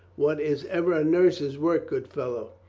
what is ever a nurse's work, good fellow?